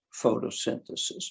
photosynthesis